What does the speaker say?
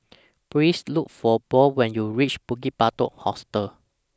Please Look For Bode when YOU REACH Bukit Batok Hostel